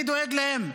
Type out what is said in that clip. מי דואג להם?